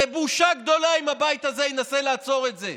ובושה גדולה אם הבית הזה ינסה לעצור את זה.